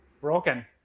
broken